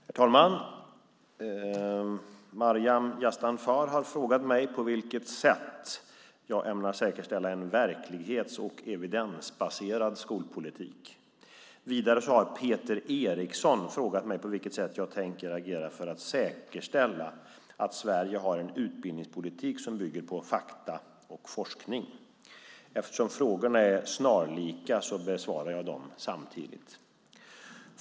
Herr talman! Maryam Yazdanfar har frågat mig på vilket sätt jag ämnar säkerställa en verklighets och evidensbaserad skolpolitik. Vidare har Peter Eriksson frågat mig på vilket sätt jag tänker agera för att säkerställa att Sverige har en utbildningspolitik som bygger på fakta och forskning. Eftersom frågorna är snarlika besvarar jag dem samtidigt.